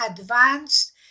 advanced